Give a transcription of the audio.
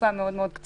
לתקופה מאוד קצרה,